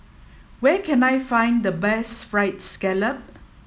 where can I find the best Fried Scallop